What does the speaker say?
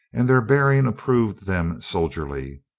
and their bearing approved them soldierly.